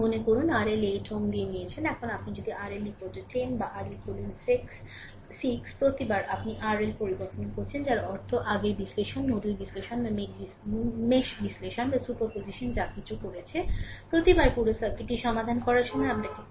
মনে করুন RL 8 Ω করে নিয়েছেন এখন আপনি যদি RL 10 বা RL বলুন 6 প্রতিবার আপনি RL পরিবর্তন করছেন যার অর্থ আগের বিশ্লেষণ নোডাল বিশ্লেষণ বা mesh বিশ্লেষণ বা সুপার পজিশন যা কিছু করেছে প্রতিবার পুরো সার্কিটটি সমাধান করার সময় আপনাকে পুরো সার্কিটটি সমাধান করতে হবে